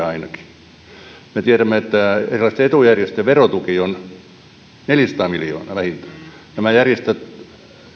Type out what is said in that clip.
ainakin me tiedämme että erilaisten etujärjestöjen verotuki on neljäsataa miljoonaa vähintään nämä järjestöt